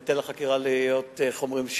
וניתן לחקירה שתושלם